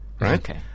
Right